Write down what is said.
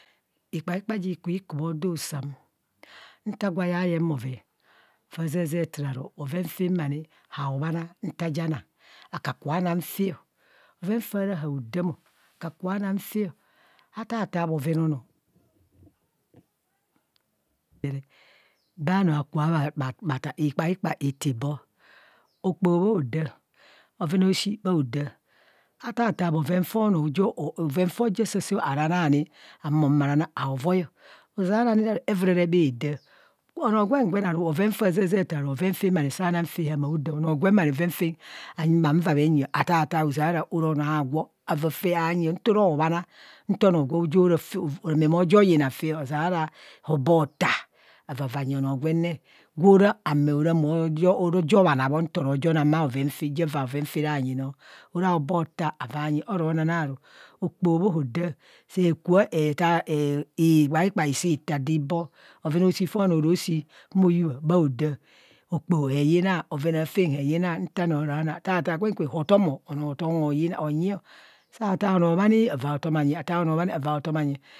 Ikpaikpa ji ku khodusam, nta gwo ayaye bhoven fa zazang ataa aro, bhoven faama ni haobhana nta ja nang akaku bho anang fạạ bhover faa ra haodam ọ bhoven faa haoda mo ataa taa bhoven onoo ikpikpa itibho, okpoho bho daa, bhove aoshii bhaoda ataa taa bhoven faa ja humo ara na ni haovoi ozearani oru evurere bhada. onoo gwen gwen ara bhoven fa zazang ataa oro bhoven faam saa na faa aomaodam, onoo gwen bhoven faam hamaa va bhe nyi o, ataa ataa ozeara ora nọọ ahwo, owa faa anyi o nto ro bhana nto noo gwe ojo yina faa, ozeara hobho ta ava faa anyi faa anyi onoo gwe ne gwo jo ame ora mo jo bhana bho, ora hobe tu oro nana ru. Okpoho bho daa se ku bho taa ikpakpa isi taa do ibho, bhoven aoshi onoo mo yubha bhohaoda, okpoha heyina afan heyina hotom bhohaoda, saa taa enoo khanii ava hotom onyio, ataa onoo bhanii ova hotem onyie